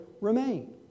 remain